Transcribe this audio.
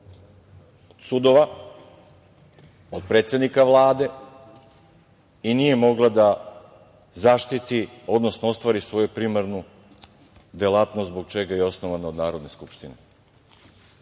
sudova, od predsednika Vlade i nije mogla da zaštiti, odnosno ostvari svoju primarnu delatnost zbog čega je osnovana od Narodne skupštine.S